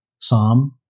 Psalm